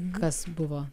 kas buvo